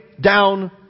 down